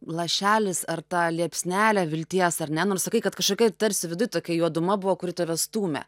lašelis ar ta liepsnelė vilties ar ne nors sakai kad kažkokia tarsi viduj tokia juoduma buvo kuri tave stūmė